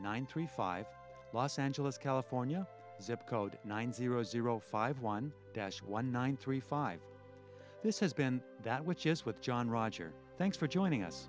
three five los angeles california zip code nine zero zero five one dash one nine three five this has been that which is with john roger thanks for joining us